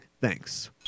Thanks